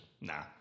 nah